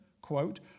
quote